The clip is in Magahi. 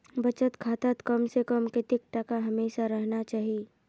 बचत खातात कम से कम कतेक टका हमेशा रहना चही?